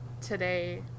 today